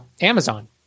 Amazon